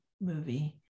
movie